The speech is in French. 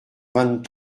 vingt